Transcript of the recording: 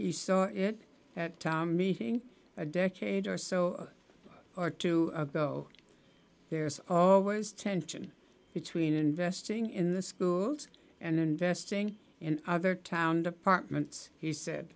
he saw it at meeting a decade or so or two ago there's always tension between investing in the schools and investing in other town departments he said